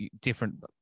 different